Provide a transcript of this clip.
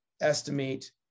estimate